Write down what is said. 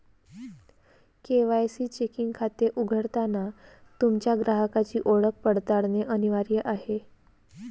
KYC checking खाते उघडताना तुमच्या ग्राहकाची ओळख पडताळणे अनिवार्य आहे